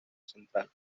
central